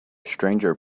stranger